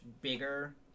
bigger